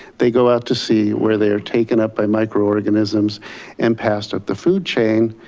they go out to sea where they are taken up by microorganism and passed up the food chain,